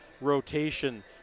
rotation